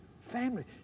family